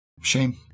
Shame